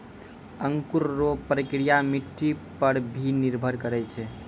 अंकुर रो प्रक्रिया मट्टी पर भी निर्भर करै छै